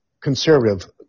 conservative